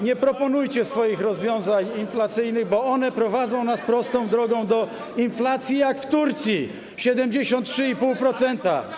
Nie proponujcie swoich rozwiązań inflacyjnych, bo one prowadzą nas prostą drogą do inflacji jak w Turcji - dzisiaj 73,5%.